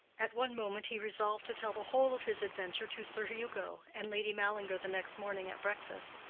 at one moment he resolved to tell the whole of his adventure to sir hugo and lady mallinger the next morning at breakfast,